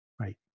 Right